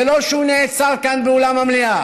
זה לא שהוא נעצר כאן, באולם המליאה.